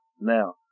now